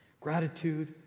Gratitude